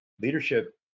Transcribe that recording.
Leadership